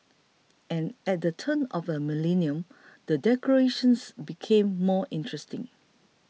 and at the turn of the millennium the decorations became more interesting